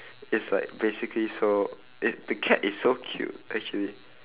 is like basically so it the cat is so cute actually